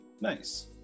Nice